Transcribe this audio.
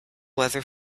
weather